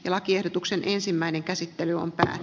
lakiehdotuksen ensimmäinen käsittely on a